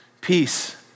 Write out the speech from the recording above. Peace